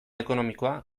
ekonomikoa